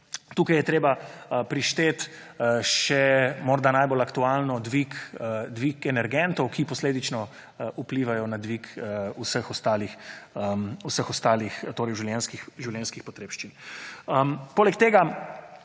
Tukaj je treba prišteti še morda najbolj aktualno dvig energentov, ki posledično vplivajo na dvig vseh ostalih življenjskih potrebščin. Poleg tega